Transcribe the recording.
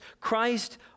Christ